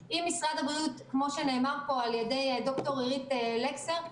כמו שנאמר פה על ידי ד"ר אירית לקסר,